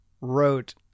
wrote